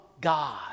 God